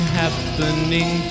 happening